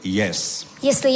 yes